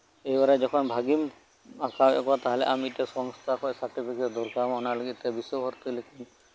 ᱮᱭᱵᱟᱨᱮ ᱡᱚᱠᱷᱚᱱ ᱵᱷᱟᱹᱜᱤᱢ ᱟᱸᱠᱟᱣᱮᱜ ᱠᱚᱣᱟ ᱛᱟᱦᱞᱮ ᱟᱢ ᱢᱤᱫ ᱴᱮᱱ ᱥᱚᱝᱥᱛᱷᱟ ᱠᱷᱚᱱ ᱥᱟᱨᱴᱤᱯᱷᱤᱠᱮᱴ ᱫᱚᱨᱠᱟᱨᱟᱢᱟ ᱚᱱᱟ ᱞᱟᱹᱜᱤᱫ ᱛᱮ ᱵᱤᱥᱥᱚ ᱵᱷᱟᱨᱚᱛᱤ